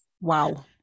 Wow